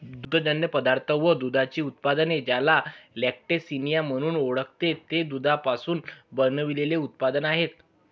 दुग्धजन्य पदार्थ व दुधाची उत्पादने, ज्याला लॅक्टिसिनिया म्हणून ओळखते, ते दुधापासून बनविलेले उत्पादने आहेत